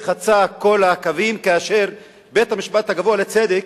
חצה את כל הקווים כאשר בית-המשפט הגבוה לצדק